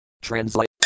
Translate